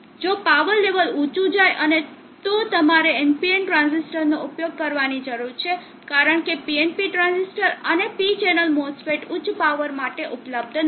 જો power level ઊચું જાય અને તો તમારે NPN ટ્રાંઝિસ્ટરનો ઉપયોગ કરવાની જરૂર છે કારણ કે PNP ટ્રાંઝિસ્ટર અને P ચેનલ MOSFET ઉચ્ચ પાવર માટે ઉપલબ્ધ નથી